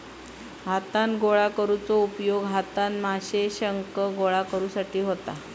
हातान गोळा करुचो उपयोग हातान माशे, शंख गोळा करुसाठी होता